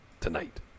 tonight